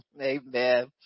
amen